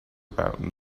about